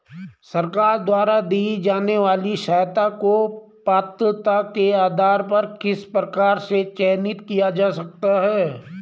सरकार द्वारा दी जाने वाली सहायता को पात्रता के आधार पर किस प्रकार से चयनित किया जा सकता है?